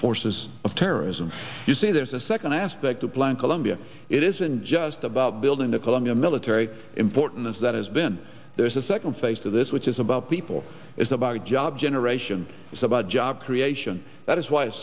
forces of terrorism you see there's a second aspect to plan colombia it isn't just about building a colombia military importance that has been there's a second phase to this which is about people it's about job generation it's about job creation that is why it's